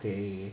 K